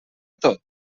tot